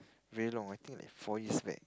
very long I think like four years back